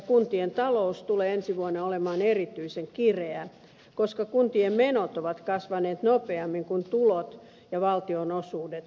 kuntien talous tulee ensi vuonna olemaan erityisen kireä koska kuntien menot ovat kasvaneet nopeammin kuin tulot ja valtionosuudet